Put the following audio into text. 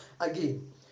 again